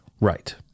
right